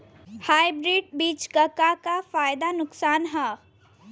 Hybrid बीज क का फायदा नुकसान ह?